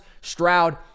Stroud